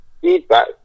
feedback